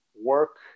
work